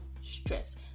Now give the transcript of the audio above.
stress